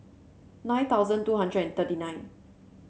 nine thousand two hundred and thirty nine